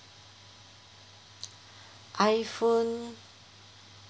iPhone